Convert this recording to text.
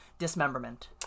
dismemberment